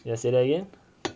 you want say that again